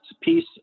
piece